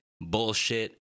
bullshit